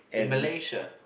in Malaysia